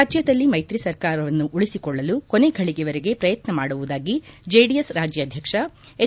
ರಾಜ್ಯದಲ್ಲಿ ಮೈತ್ರಿ ಸರ್ಕಾರವನ್ನು ಉಳಿಸಿಕೊಳ್ಳಲು ಕೊನೆ ಗಳಿಗೆವರೆಗೆ ಪ್ರಯತ್ನ ಮಾಡುವುದಾಗಿ ಜೆಡಿಎಸ್ ರಾಜ್ಯಾಧ್ಯಕ್ಷ ಎಚ್